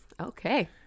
Okay